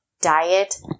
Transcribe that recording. Diet